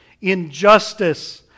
injustice